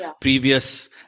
previous